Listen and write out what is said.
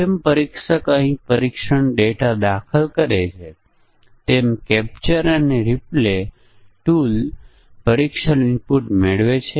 જો ખરીદી 2000 રૂપિયાથી વધુ હોય તો ગ્રાહકને 15 ટકા ડિસ્કાઉન્ટ મળે છે